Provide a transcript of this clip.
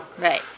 right